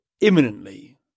imminently